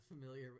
familiar